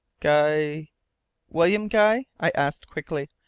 guy william guy? i asked, quickly.